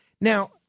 Now